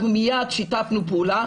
אנחנו מיד שיתפנו פעולה,